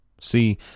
See